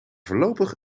voorlopig